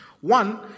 One